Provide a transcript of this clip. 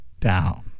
down